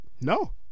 No